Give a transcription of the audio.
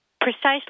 precisely